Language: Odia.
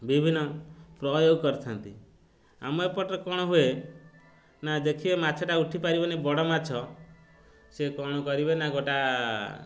ବିଭିନ୍ନ ପ୍ରୟୋଗ କରିଥାନ୍ତି ଆମ ଏପଟରେ କ'ଣ ହୁଏ ନା ଦେଖିବେ ମାଛଟା ଉଠି ପାରିବନି ବଡ଼ ମାଛ ସେ କ'ଣ କରିବେ ନା ଗୋଟା